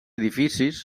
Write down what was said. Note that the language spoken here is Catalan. edificis